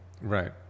Right